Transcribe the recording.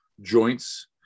joints